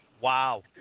Wow